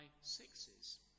sixes